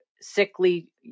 sickly